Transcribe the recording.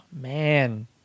man